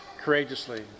courageously